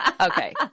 Okay